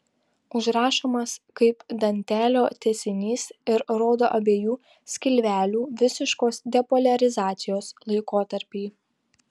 užrašomas kaip dantelio tęsinys ir rodo abiejų skilvelių visiškos depoliarizacijos laikotarpį